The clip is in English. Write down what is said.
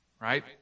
right